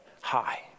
high